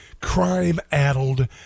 crime-addled